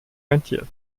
rentiert